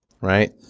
right